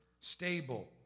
stable